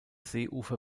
seeufer